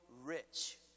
rich